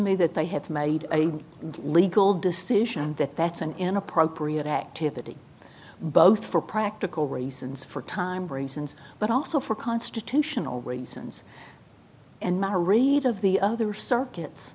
me that they have made a legal decision that that's an inappropriate activity but for practical reasons for time reasons but also for constitutional reasons and memory of the other circuits